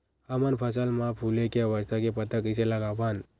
हमन फसल मा फुले के अवस्था के पता कइसे लगावन?